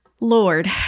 Lord